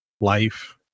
life